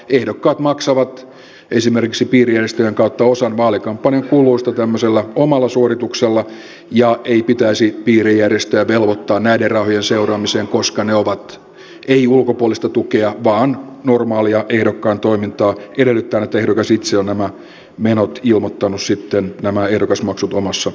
ehdokkaat maksavat esimerkiksi piirijärjestöjen kautta osan vaalikampanjan kuluista tämmöisellä omalla suorituksellaan ja ei pitäisi piirijärjestöjä velvoittaa näiden rahojen seuraamiseen koska ne eivät ole ulkopuolista tukea vaan normaalia ehdokkaan toimintaa edellyttäen että ehdokas itse on nämä menot ehdokasmaksut ilmoittanut omassa ilmoituksessaan